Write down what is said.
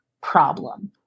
problem